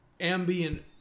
ambient